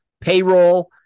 payroll